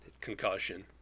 concussion